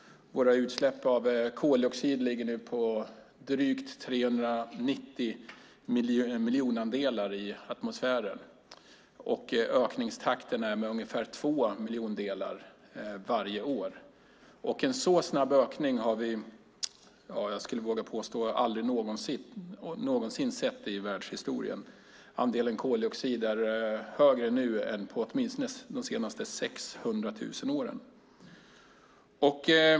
Våra utsläpp av koldioxid ligger nu på drygt 390 miljonandelar i atmosfären, och ökningstakten är ungefär 2 miljonandelar varje år. En så snabb ökning skulle jag våga påstå att vi aldrig någonsin sett i världshistorien. Andelen koldioxid är högre nu än under de senaste 600 000 åren.